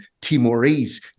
timorese